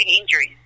injuries